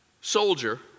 soldier